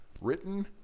written